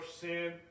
sin